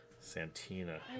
santina